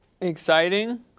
exciting